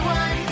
one